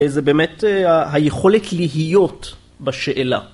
‫זו באמת היכולת להיות בשאלה.